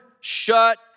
shut